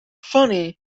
funny